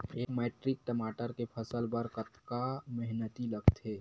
एक मैट्रिक टमाटर के फसल बर कतका मेहनती लगथे?